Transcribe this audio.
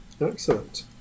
Excellent